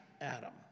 Adam